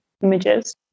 images